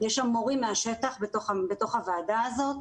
יש מורים מהשטח בתוך הוועדה הזאת,